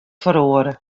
feroare